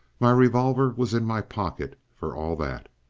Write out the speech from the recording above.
my revolver was in my pocket for all that.